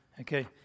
okay